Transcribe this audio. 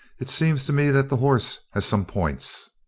it seems to me that the horse has some points.